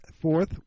fourth